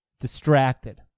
distracted